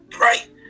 right